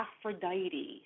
Aphrodite